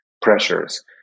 pressures